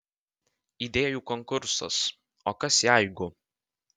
idėjų konkursas o kas jeigu